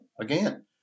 again